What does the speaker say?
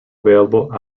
available